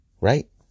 Right